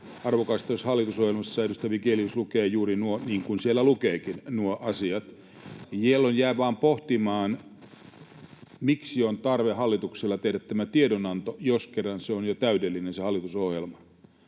arvokasta, jos hallitusohjelmassa, edustaja Vigelius, lukee juuri nuo asiat — niin kuin siellä lukeekin. Jää vain pohtimaan, miksi on tarve hallituksella tehdä tämä tiedonanto, jos kerran on jo täydellinen se hallitusohjelma.